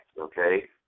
okay